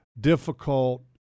difficult